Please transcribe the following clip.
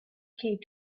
cape